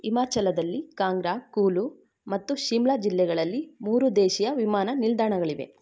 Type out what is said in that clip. ಹಿಮಾಚಲದಲ್ಲಿ ಕಾಂಗ್ರಾ ಕುಲೂ ಮತ್ತು ಶಿಮ್ಲಾ ಜಿಲ್ಲೆಗಳಲ್ಲಿ ಮೂರು ದೇಶೀಯ ವಿಮಾನ ನಿಲ್ದಾಣಗಳಿವೆ